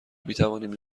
میتوانیم